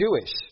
Jewish